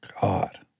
God